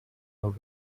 her